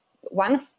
one